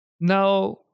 Now